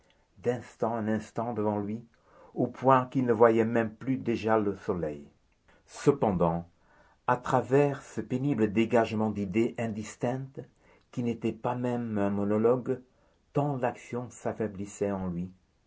d'instant en instant devant lui au point qu'il ne voyait même déjà plus le soleil cependant à travers ce pénible dégagement d'idées indistinctes qui n'étaient pas même un monologue tant l'action s'affaiblissait en lui